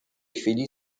chwili